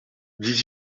dix